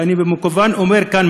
ואני במכוון אומר כאן,